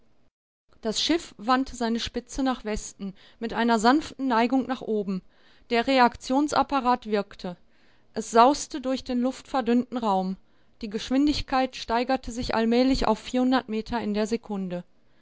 das schiff wandte seine spitze nach westen mit einer sanften neigung nach oben der reaktionsapparat wirkte es sauste durch den luftverdünnten raum die geschwindigkeit steigerte sich allmählich auf meter in der sekunde